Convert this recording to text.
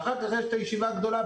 ואחר כך יש את הישיבה הגדולה,